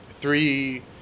three